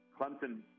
Clemson